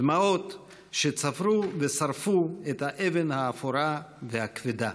דמעות שצרבו ושרפו את האבן האפורה והכבדה".